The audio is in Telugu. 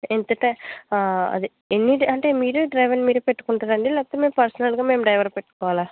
ఎంతట అదే ఎన్ని అంటే మీరు డ్రైవర్ మీరు పెట్టుకుంటారా అండి లేకపోతే మేము పర్సనల్గా డ్రైవర్ పెట్టుకోవాల